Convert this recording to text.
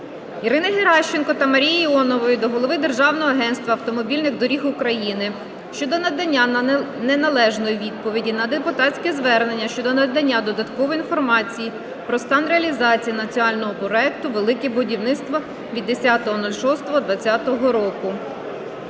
Ірини Геращенко та Марії Іонової до голови Державного агентства автомобільних доріг України щодо надання неналежної відповіді на депутатське звернення щодо надання додаткової інформації про стан реалізації "Національного проекту "Велике будівництво" від 10.06.2020 р.